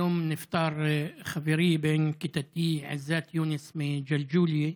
היום נפטר חברי בן כיתתי עיזת יונס מג'לג'וליה,